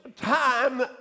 time